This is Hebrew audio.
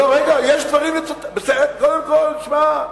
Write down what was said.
לא, רגע קודם כול, שמע,